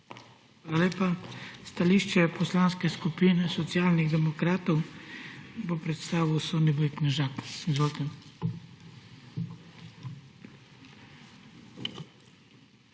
Hvala lepa. Stališče Poslanske skupine Socialnih demokratov bo predstavil Soniboj Knežak. Izvolite.